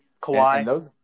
Kawhi